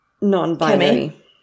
non-binary